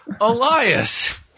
Elias